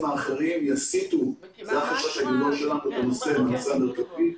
האחרים יסיטו את הנושא מהנושא המרכזי,